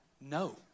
no